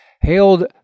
Hailed